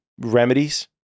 remedies